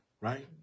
Right